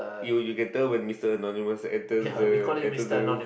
you you can tell when Mister Nadir wants to attends the attends the